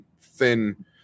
thin